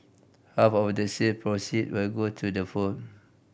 half of the sale proceed will go to the home